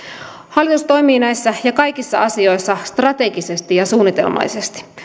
hallitus toimii näissä ja kaikissa asioissa strategisesti ja suunnitelmallisesti